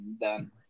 done